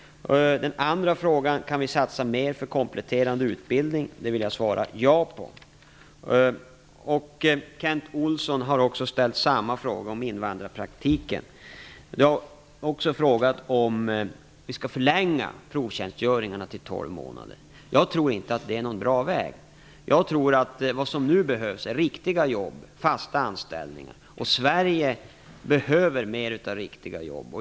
Han frågade också om vi kan satsa mer på kompletterande utbildning. På den frågan vill jag svara ja. Kent Olsson ställde samma fråga om invandrarpraktiken. Han frågade också om provtjänstgöringarna skall förlängas till att omfatta tolv månader. Jag tror inte att detta är någon bra väg. Vad som nu behövs är riktiga jobb och fasta anställningar. Sverige behöver mer av riktiga jobb.